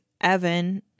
Evan